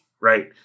right